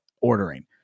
ordering